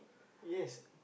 yes